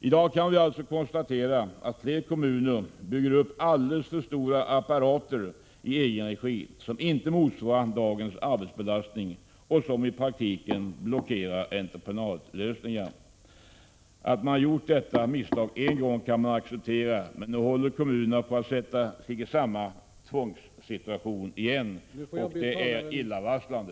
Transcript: I dag kan vi konstatera att flera kommuner byggt upp alldeles för stora apparater i egen regi som inte motsvarar dagens arbetsbelastning, och som i praktiken blockerar entreprenadlösningar. Att man gjort detta misstag en gång kan accepteras, men nu håller kommunerna på att försätta sig i samma tvångssituation igen — och det är illavarslande.